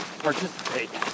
participate